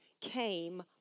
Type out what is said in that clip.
came